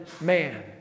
man